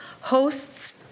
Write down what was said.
hosts